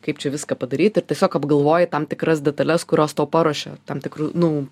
kaip čia viską padaryt ir tiesiog apgalvoji tam tikras detales kurios tau paruošia tam tikrų nu